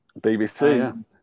BBC